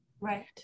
Right